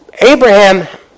Abraham